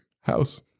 house